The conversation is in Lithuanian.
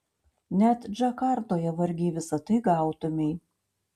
net džakartoje vargiai visa tai gautumei